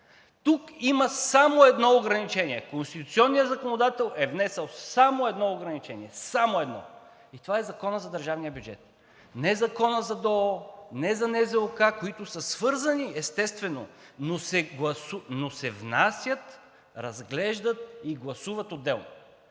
Тук има само едно ограничение – конституционният законодател е внесъл само едно ограничение, само едно, и това е Законът за държавния бюджет. Не е Законът за ДОО, не е за НЗОК, които са свързани, естествено, но се внасят, разглеждат и гласуват отделно.